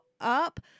up